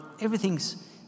everything's